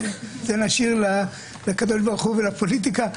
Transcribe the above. את זה נשאיר לקדוש ברוך הוא ולפוליטיקה,